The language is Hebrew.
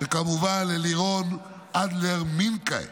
וכמובן ללירון אדלר-מינקה,